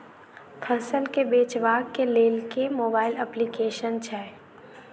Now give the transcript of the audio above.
फसल केँ बेचबाक केँ लेल केँ मोबाइल अप्लिकेशन छैय?